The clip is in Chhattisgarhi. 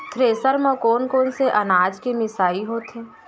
थ्रेसर म कोन कोन से अनाज के मिसाई होथे?